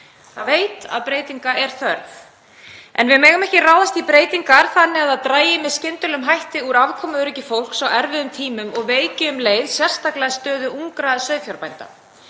Það veit að breytinga er þörf. En við megum ekki ráðast í breytingar þannig að það dragi með skyndilegum hætti úr afkomuöryggi fólks á erfiðum tímum og veiki um leið sérstaklega stöðu ungra sauðfjárbænda.